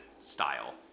style